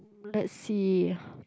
let's see